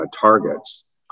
targets